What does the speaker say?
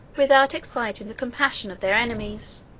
without exciting the compassion, of their enemies